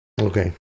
Okay